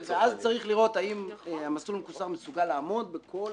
ואז צריך לראות אם המסלול המקוצר מסוגל לעמוד בכל